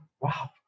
Wow